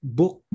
book